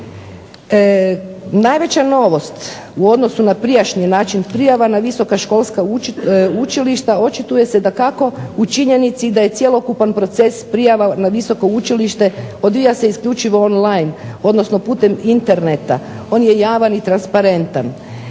Najveća novost u odnosu na prijašnji način prijava na visoka učilišta očituje se dakako u činjenici da je cjelokupan proces prijava na visoko učilište odvija se isključivo on-line odnosno putem Interneta, on je javan i transparentan.